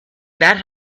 that